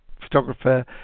photographer